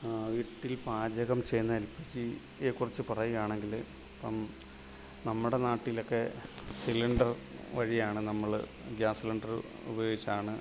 വീട്ടിൽ പാചകം ചെയ്യുന്നതിനെക്കുറിച്ച് കുറിച്ച് പറയുകയാണെങ്കിൽ ഇപ്പം നമ്മുടെ നാട്ടിലൊക്കെ സിലിണ്ടർ വഴിയാണ് നമ്മൾ ഗ്യാസ് സിലിണ്ടറ് ഉപയോഗിച്ചാണ്